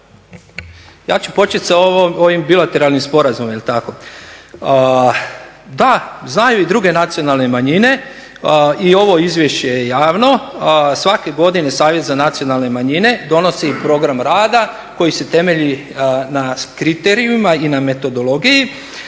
Ja ću početi sa ovim bilateralnim sporazumom. Da, znaju i druge nacionalne manjine i ovo izvješće je javno, a svake godine Savjet za nacionalne manjine donosi program rada koji se temeljni na kriterijima i na metodologiji